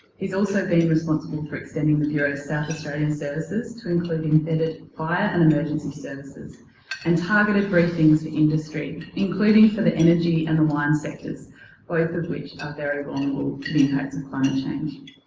he's also been responsible for extending the bureau's south australian services to including fitted fire and emergency services and targeted briefings for industry including for the energy and the wine sectors both of which are very vulnerable to the impacts of climate change.